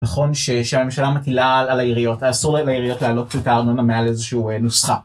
נכון, שהממשלה מטילה על העיריות, אסור לעיריות לעלות את הארנונה מעל איזושהי נוסחה.